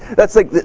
that's like,